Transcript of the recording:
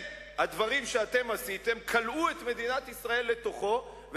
הדברים שעשיתם אכן כלאו את מדינת ישראל לתוכם,